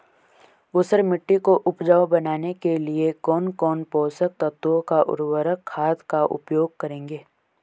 ऊसर मिट्टी को उपजाऊ बनाने के लिए कौन कौन पोषक तत्वों व उर्वरक खाद का उपयोग करेंगे?